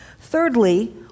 Thirdly